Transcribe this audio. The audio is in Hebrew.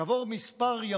כעבור כמה ימים